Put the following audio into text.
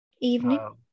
evening